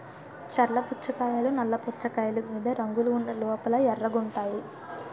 చర్ల పుచ్చకాయలు నల్ల పుచ్చకాయలు మీద రంగులు ఉన్న లోపల ఎర్రగుంటాయి